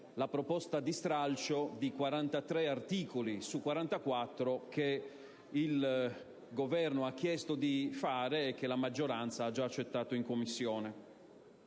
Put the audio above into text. la proposta di stralcio di 43 articoli su 44 che il Governo ha chiesto di fare e che la maggioranza ha già accettato in Commissione.